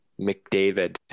McDavid